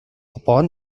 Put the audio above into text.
upon